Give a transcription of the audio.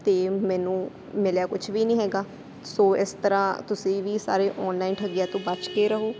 ਅਤੇ ਮੈਨੂੰ ਮਿਲਿਆ ਕੁਛ ਵੀ ਨਹੀਂ ਹੈਗਾ ਸੋ ਇਸ ਤਰ੍ਹਾਂ ਤੁਸੀਂ ਵੀ ਸਾਰੇ ਆਨਲਾਈਨ ਠੱਗੀਆਂ ਤੋਂ ਬਚ ਕੇ ਰਹੋ